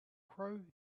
crow